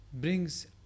brings